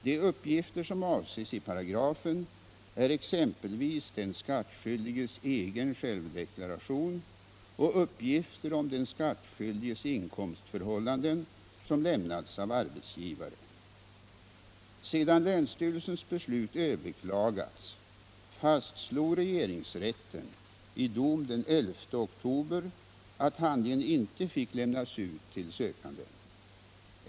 De uppgifter som avses i paragrafen är exempelvis den skattskyldiges egen självdeklaration och uppgifter om den skattskyldiges inkomstförhållanden som lämnats av arbetsgivare. Sedan länsstyrelsens beslut överklagats, fastslog regeringsrätten i dom den 11 oktober att handlingen inte fick lämnas ut till sökanden.